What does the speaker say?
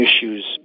issues